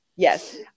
Yes